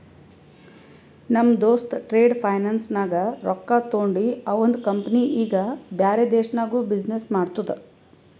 ನಮ್ ದೋಸ್ತ trade finance ನಾಗ್ ರೊಕ್ಕಾ ತೊಂಡಿ ಅವಂದ ಕಂಪನಿ ಈಗ ಬ್ಯಾರೆ ದೇಶನಾಗ್ನು ಬಿಸಿನ್ನೆಸ್ ಮಾಡ್ತುದ